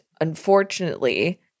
unfortunately